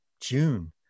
June